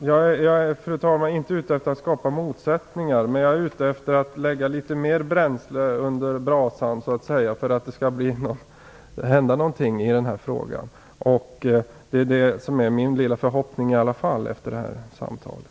Fru talman! Jag är inte ute efter att skapa motsättningar. Men jag är ute efter att lägga litet mer bränsle under brasan, så att säga, för att det skall hända något i den här frågan. Det är det som i alla fall är min lilla förhoppning efter det här samtalet.